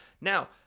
Now